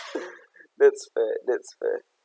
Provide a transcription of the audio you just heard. that's fair that's fair